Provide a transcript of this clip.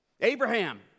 Abraham